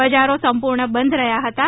બજારો સંપૂર્ણ બંધ રહ્યા હતાં